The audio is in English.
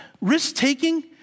risk-taking